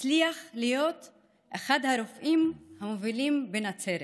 הצליח להיות אחד הרופאים המובילים בנצרת,